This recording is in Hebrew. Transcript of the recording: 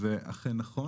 זה אכן נכון,